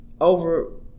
over